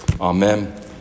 Amen